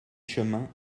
chemin